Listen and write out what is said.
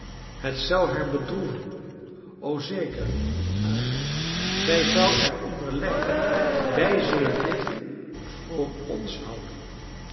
het zou haar bedroeven zeker ha zij zou er onder lijden wij zullen dit hm voor ons houden